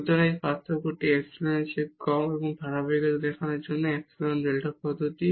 সুতরাং এই পার্থক্যটি এপসিলনের চেয়ে কম এবং ধারাবাহিকতা দেখানোর জন্য এপসাইলন ডেল্টা পদ্ধতি